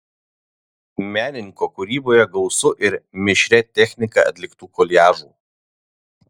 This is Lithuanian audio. menininko kūryboje gausu ir mišria technika atliktų koliažų